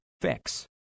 fix